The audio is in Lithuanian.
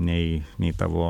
nei nei tavo